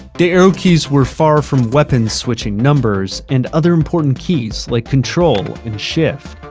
the arrow keys were far from weapons switching numbers and other important keys like control and shift.